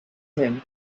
him